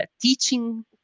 teaching